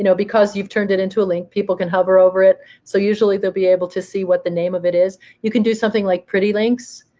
you know because you've turned it into a link. people can hover over it. so usually, they'll be able to see what the name of it is. you can do something like pretty links.